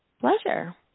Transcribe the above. Pleasure